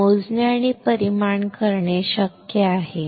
ते मोजणे आणि परिमाण करणे शक्य आहे